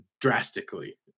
drastically